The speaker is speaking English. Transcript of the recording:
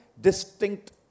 distinct